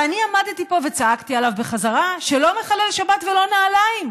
ואני עמדתי פה וצעקתי עליו בחזרה שלא מחלל שבת ולא נעליים,